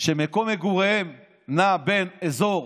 שמקום מגוריהם נע בין אזור